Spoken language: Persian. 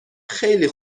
خیلی